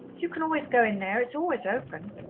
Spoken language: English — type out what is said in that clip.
you can always go in there it's always open.